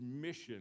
mission